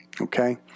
Okay